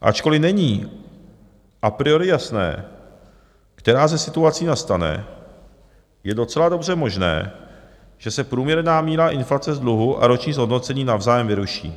Ačkoliv není a priori jasné, která ze situací nastane, je docela dobře možné, že se průměrná míra inflace z dluhu a roční zhodnocení navzájem vyruší.